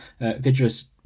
Vidra's